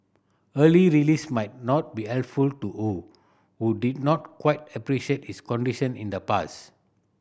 early release might not be helpful to Ho who did not quite appreciate his condition in the past